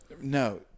No